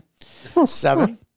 Seven